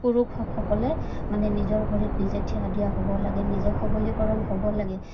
পুৰুষ হওক মানে নিজৰ ভৰিত নিজে থিয় দিয়া হ'ব লাগে নিজে সবলীকৰণ হ'ব লাগে